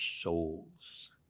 souls